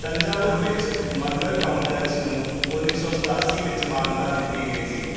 ਤੰਜਾਵੁਰ ਵਿੱਚ ਮੰਦਿਰ ਕੰਪਲੈਕਸ ਨੂੰ ਉੱਨੀ ਸੌ ਸਤਾਸੀ ਵਿੱਚ ਮਾਨਤਾ ਦਿੱਤੀ ਗਈ ਸੀ